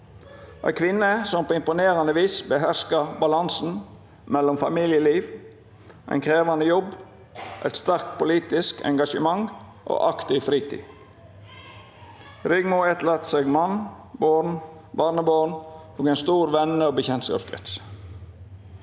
ei kvinne som på imponerande vis beherska balansen mellom familieliv, ein krevjande jobb, eit sterkt politisk engasjement og aktiv fritid. Rigmor Kofoed-Larsen etterlèt seg mann, barn, barnebarn og ein stor vene- og kjennskapskrins.